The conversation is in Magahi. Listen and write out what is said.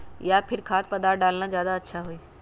या फिर खाद्य पदार्थ डालना ज्यादा अच्छा होई?